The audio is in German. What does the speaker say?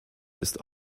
ist